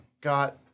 got